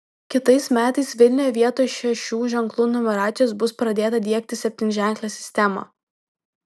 kitais metais vilniuje vietoj šešių ženklų numeracijos bus pradėta diegti septynženklė sistema